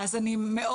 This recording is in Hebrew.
אז אני מאוד,